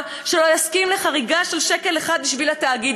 שלא יסכים לחריגה של שקל אחד בשביל התאגיד,